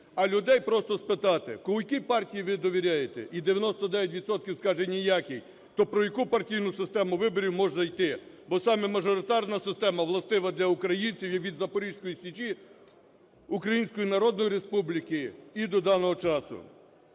А людей просто спитати: "Якій партії ви довіряєте?". І 99 відсотків скаже: "Ніякій". То про яку партійну систему виборів може йти? Бо саме мажоритарна система властива для українців і від Запорізької Січі, Української Народної Республіки і до даного часу.